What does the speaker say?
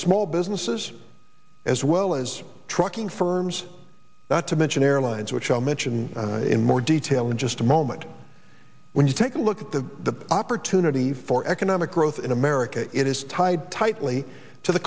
small businesses as well as trucking firms not to mention airlines which i'll mention in more detail in just a moment when you take a look at the opportunity for economic growth in america it is tied tightly to the